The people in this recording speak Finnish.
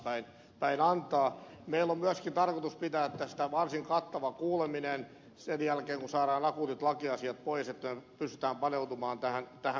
meillä on myöskin tarkoitus pitää tästä varsin kattava kuuleminen sen jälkeen kun me saamme akuutit lakiasiat pois niin että me pystymme paneutumaan tähän kunnolla